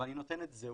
אבל היא נותנת זהות,